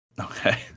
okay